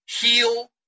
heal